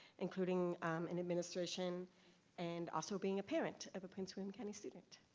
including in administration and also being a parent of a prince william county student.